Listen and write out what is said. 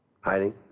Hiding